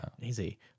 Easy